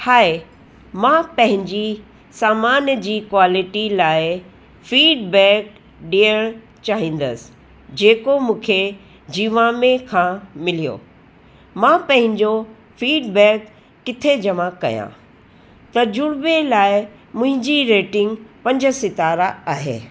हाय मां पंहिंजी सामान जी क्वालिटी लाइ फीडबैक ॾियणु चाहींदसि जेको मूंखे जिवामे खां मिलियो मां पंहिंजो फीडबैक किथे जमा कयां तज़ुर्बे लाइ मुंहिंजी रेटिंग पंज सितारा आहे